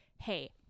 hey